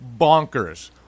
Bonkers